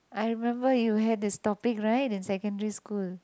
I remember you had this topic right in secondary school